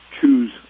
choose